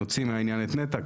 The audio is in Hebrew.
נוציא מהעניין את נת"ע,